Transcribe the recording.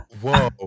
Whoa